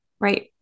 Right